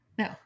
No